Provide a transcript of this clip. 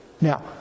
Now